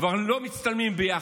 כבר לא מצטלמים ביחד,